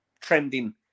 trending